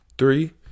Three